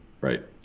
right